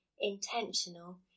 intentional